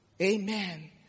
Amen